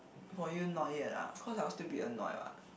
for you not yet lah cause I will still be annoyed what